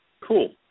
cool